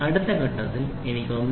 അടുത്ത ഘട്ടത്തിൽ എനിക്ക് 1